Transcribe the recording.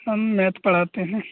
हम मैथ पढ़ाते हैं